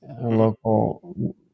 local